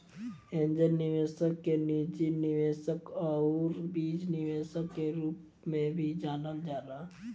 angel निवेशक के निजी निवेशक आउर बीज निवेशक के रूप में भी जानल जाला